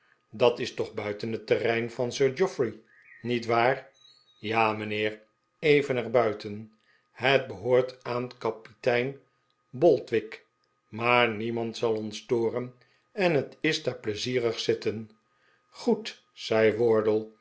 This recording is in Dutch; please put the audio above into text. dat is toch buiten het terrein van sir geoffrey niet waar ja mijnheer even er buiten het behoort aan kapitein boldwig maar niemand zal ons storen en het is daar pleizierig zitten goed zei wardle